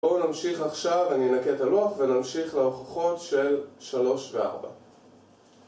בואו נמשיך עכשיו, אני אנקד את הלוח, ונמשיך להוכחות של 3 ו-4